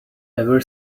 ever